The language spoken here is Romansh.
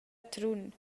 trun